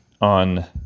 on